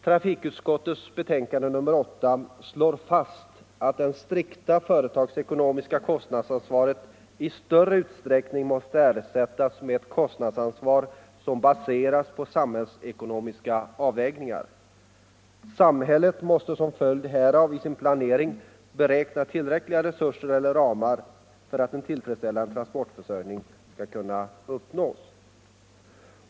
Trafikutskottets betänkande nr 8 slår fast att det strikta företagsekonomiska kostnadsansvaret i större utsträckning måste ersättas med ett kostnadsansvar som baseras på samhällsekonomiska avvägningar. Samhället måste som följd härav i sin planering beräkna tillräckliga resurser eller ramar för att en tillfredsställande transportförsörjning skall kunna uppnås.